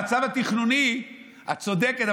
במצב התכנוני את צודקת,